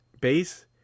base